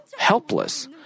helpless